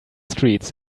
streets